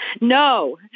No